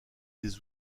des